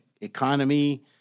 economy